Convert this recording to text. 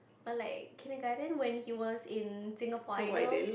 or like kindergarten when he was in Singapore Idol